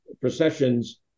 processions